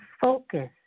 focus